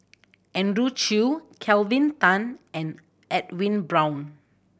Andrew Chew Kelvin Tan and Edwin Brown